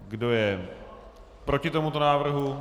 Kdo je proti tomuto návrhu?